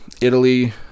Italy